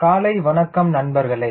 காலை வணக்கம் நண்பர்களே